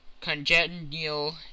congenial